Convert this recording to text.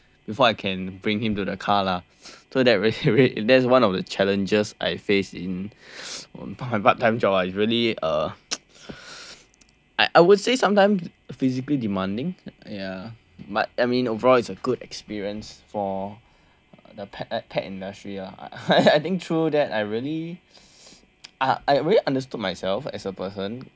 before I can bring him to the car lah so that is one of the challenges I faced in my part time job ah it's really uh I would say sometimes physically demanding ya but I mean overall it's a good experience for the pet industry ah I think through that I really I really understood myself as a person